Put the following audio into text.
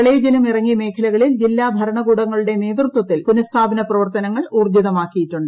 പ്രളയജലം ഇറങ്ങിയ മേഖലകളിൽ ജില്ലാ ഭരണകൂടങ്ങളുടെ നേതൃത്വത്തിൽ പുനഃസ്ഥാപന പ്രവർത്തനങ്ങൾ ഊർജിതമാക്കിയിട്ടുണ്ട്